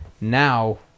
now